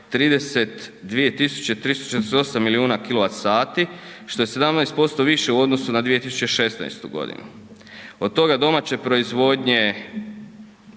348 milijuna kW što je 17% više u odnosu na 2016. godinu. Od toga domaće proizvodnje